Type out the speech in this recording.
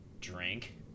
drink